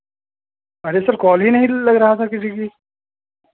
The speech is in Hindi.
अरे सर कॉल ही नहीं लग रहा था किसी की